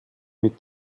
mit